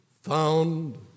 found